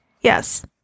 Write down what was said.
Yes